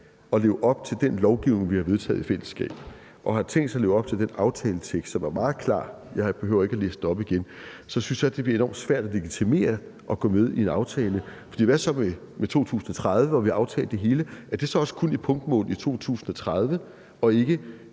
at leve op til den lovgivning, vi har vedtaget i fællesskab, og har tænkt sig at leve op til den aftaletekst, som er meget klar – jeg behøver ikke at læse den op igen – så synes jeg det bliver enormt svært at legitimere at gå med i en aftale, for hvad så med 2030, hvor vi har aftalt det hele? Er det så også kun et punktmål i 2030 og ikke,